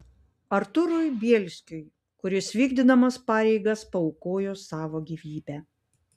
artūrui bielskiui kuris vykdydamas pareigas paaukojo savo gyvybę